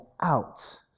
out